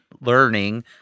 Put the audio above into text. learning